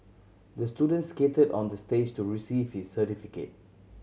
the student skated on the stage to receive his certificate